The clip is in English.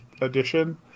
edition